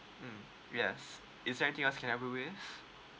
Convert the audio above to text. mm yes is there anything else can I help you with